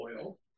oil